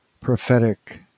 prophetic